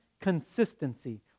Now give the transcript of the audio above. consistency